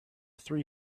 three